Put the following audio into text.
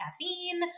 caffeine